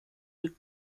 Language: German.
mit